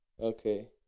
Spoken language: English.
Okay